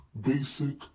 basic